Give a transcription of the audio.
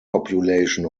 population